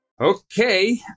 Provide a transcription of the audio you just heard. Okay